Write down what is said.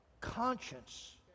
conscience